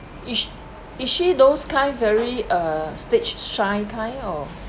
is sh~ is she those kind very uh stage-shy kind or